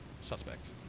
suspect